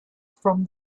from